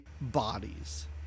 bodies